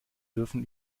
dürfen